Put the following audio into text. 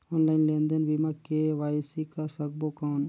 Online लेनदेन बिना KYC कर सकबो कौन??